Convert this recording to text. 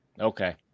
Okay